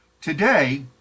Today